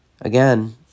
again